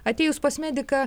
atėjus pas mediką